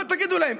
מה תגידו להם?